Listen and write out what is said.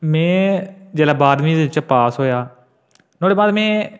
में जेल्लै बाह्रमी चा पास होआ नुहाड़े बाद में